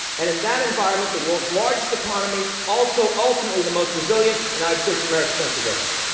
and in that environment, the world's largest economy, also ultimately the most resilient, the united states of america. thank you very much.